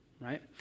right